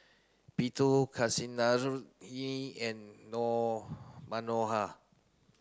Kasinadhuni and Manohar